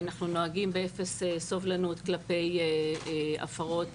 אנחנו נוהגים באפס סובלנות כלפי הפרות